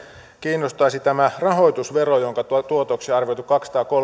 kiinnostaisi tämä rahoitusvero jonka tuotoksi on arvioitu kaksisataakolmekymmentä